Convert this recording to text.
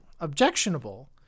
objectionable